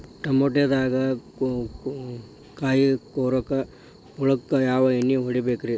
ಟಮಾಟೊದಾಗ ಕಾಯಿಕೊರಕ ಹುಳಕ್ಕ ಯಾವ ಎಣ್ಣಿ ಹೊಡಿಬೇಕ್ರೇ?